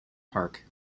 park